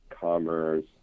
commerce